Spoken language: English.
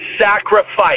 sacrifice